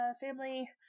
family